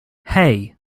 hey